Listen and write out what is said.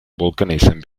volcanism